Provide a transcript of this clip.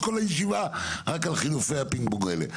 כל הישיבה רק על חילופי הפינג פונג האלה.